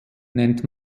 nennt